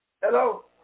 Hello